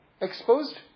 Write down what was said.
exposed